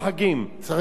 צריך חינוך של ההורים,